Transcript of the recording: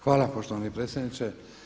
Hvala poštovani predsjedniče.